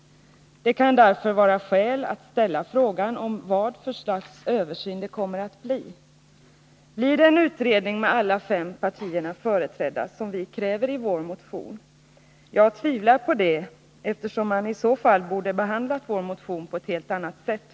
Det kan därför vara skäl att ställa frågan om vad för slags översyn det kommer att bli. Blir det en utredning, där alla fem partier är företrädda, såsom vi kräver i vår motion? Jag tvivlar på det, eftersom utskottet i så fall borde ha behandlat vår motion på ett helt annat sätt.